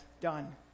done